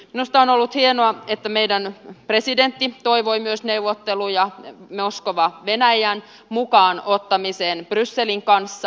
minusta on ollut hienoa että meidän presidenttimme toivoi myös neuvotteluja moskovan venäjän mukaan ottamista neuvotteluihin brysselin kanssa